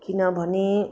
किनभने